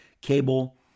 Cable